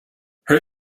her